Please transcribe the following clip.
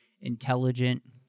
intelligent